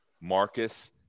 Marcus